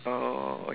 oh